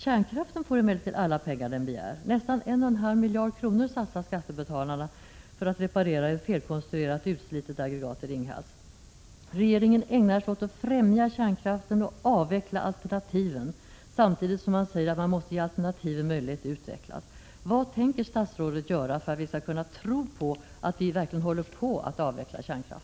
Kärnkraften får emellertid alla pengar den begär. Nästan en och en halv miljard kronor satsar skattebetalarna för att reparera ett felkonstruerat och utslitet aggregat i Ringhals. Regeringen ägnar sig åt att främja kärnkraften och avveckla alternativen samtidigt som man säger att man måste ge alternativen möjligheter att utvecklas.